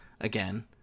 again